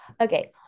Okay